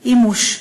אימוש,